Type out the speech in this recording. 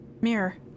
mirror